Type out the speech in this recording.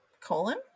colon